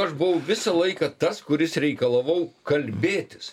aš buvau visą laiką tas kuris reikalavau kalbėtis